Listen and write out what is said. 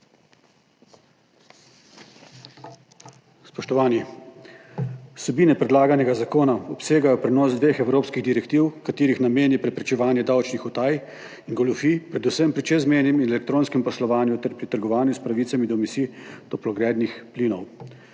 Spoštovani! Vsebine predlaganega zakona obsegajo prenos dveh evropskih direktiv, katerih namen je preprečevanje davčnih utaj in goljufij, predvsem pri čezmejnem in elektronskem poslovanju ter pri trgovanju s pravicami do emisij toplogrednih plinov.